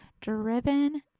driven